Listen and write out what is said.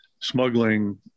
smuggling